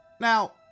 Now